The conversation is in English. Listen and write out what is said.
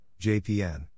JPN